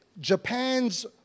Japan's